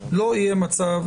לא יהיה מצב,